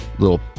little